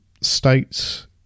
states